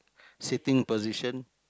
sitting position